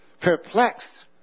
Perplexed